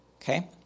Okay